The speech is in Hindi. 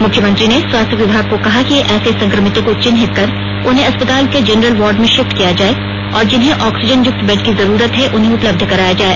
मुख्यमंत्री ने स्वास्थ्य विभाग को कहा कि ऐसे संक्रमितों को चिन्हित कर उन्हें अस्पताल के जेनरल वार्ड में शिफ्ट किया जाए और जिन्हें ऑक्सीजन युक्त बेड की जरूरत हैं उन्हें उपलब्ध कराया जाए